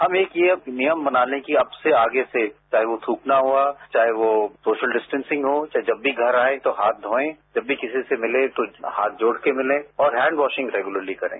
हम यह नियम बना लें कि हम आगे से चाहे वो थ्कना हुआ चाहे सोशल डिस्टेंसिंग हो चाहे जब भी घर आए तो हाथ धोंए जब भी किसी से मिलें तो हाथ जोड़कर मिलें और हेंड वॉशिंग रेगुलेरी करें